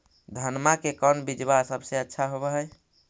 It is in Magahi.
धनमा के कौन बिजबा सबसे अच्छा होव है?